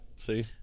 See